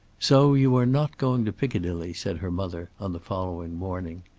so you are not going to piccadilly, said her mother on the following morning.